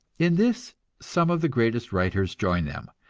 in this some of the greatest writers join them,